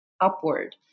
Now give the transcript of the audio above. upward